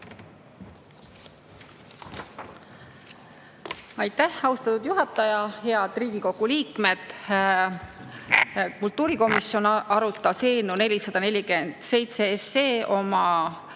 Aitäh, austatud juhataja! Head Riigikogu liikmed! Kultuurikomisjon arutas eelnõu 447 oma